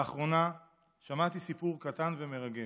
לאחרונה שמעתי סיפור קטן ומרגש,